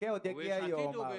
עוד יגיע היום.